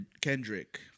Kendrick